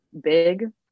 Big